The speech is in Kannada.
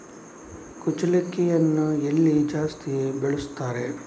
ಕುಚ್ಚಲಕ್ಕಿಯನ್ನು ಎಲ್ಲಿ ಜಾಸ್ತಿ ಬೆಳೆಸ್ತಾರೆ?